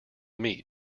meat